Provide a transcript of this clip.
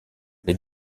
les